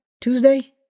Tuesday